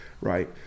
right